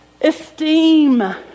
esteem